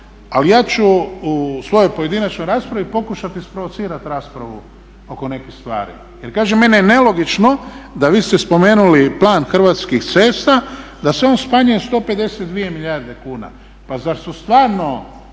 ali ja ću u svojoj pojedinačnoj raspravi pokušati isprovocirati raspravu oko nekih stvari. jel kažem meni je nelogično da vi ste spomenuli plan Hrvatskih cesta da se on smanjuje 152 milijarde kuna. Pa zar su stvarno